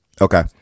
Okay